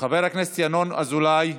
חבר הכנסת ינון אזולאי.